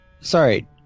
sorry